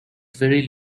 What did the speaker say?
very